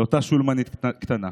לאותה שולמנית קטנטנה.